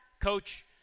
Coach